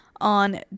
on